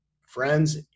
friends